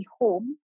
home